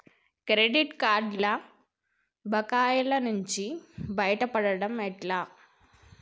Credit కార్డుల బకాయిల నుండి బయటపడటం ఎట్లా?